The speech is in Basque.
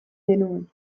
genuen